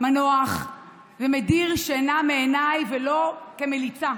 מנוח ומדיר שינה מעיניי, ולא כמליצה.